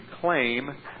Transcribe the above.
claim